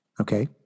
Okay